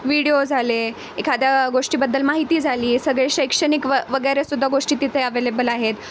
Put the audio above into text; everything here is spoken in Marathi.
व्हिडिओ झाले एखाद्या गोष्टीबद्दल माहिती झाली सगळे शैक्षणिक व वगैरे सुद्धा गोष्टी तिथे अवेलेबल आहेत